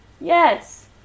Yes